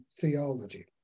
theology